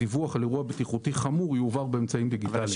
"דיווח על אירוע בטיחותי חמור יועבר באמצעים דיגיטליים" וכולי.